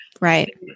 right